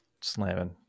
slamming